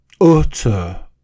utter